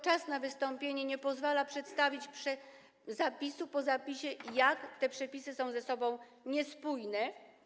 Czas na wystąpienie nie pozwala przedstawić zapis po zapisie, jak te przepisy są ze sobą niespójne.